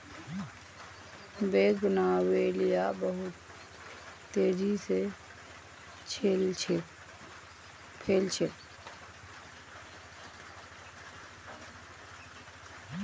bougainvillea बहुत तेजी स फैल छेक